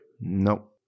Nope